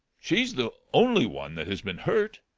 she's the only one that has been hurt.